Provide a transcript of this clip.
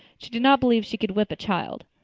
she did not believe she could whip a child.